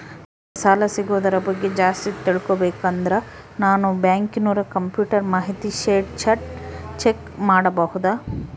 ನಂಗೆ ಸಾಲ ಸಿಗೋದರ ಬಗ್ಗೆ ಜಾಸ್ತಿ ತಿಳಕೋಬೇಕಂದ್ರ ನಾನು ಬ್ಯಾಂಕಿನೋರ ಕಂಪ್ಯೂಟರ್ ಮಾಹಿತಿ ಶೇಟ್ ಚೆಕ್ ಮಾಡಬಹುದಾ?